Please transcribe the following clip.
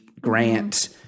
Grant